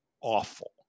awful